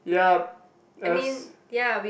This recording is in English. yup as